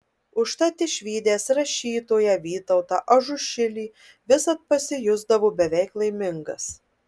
užtat išvydęs rašytoją vytautą ažušilį visad pasijusdavo beveik laimingas